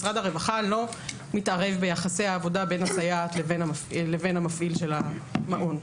משרד הרווחה לא מתערב ביחסי העבודה בין הסייעת לבין המפעיל של המעון.